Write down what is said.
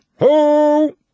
Ho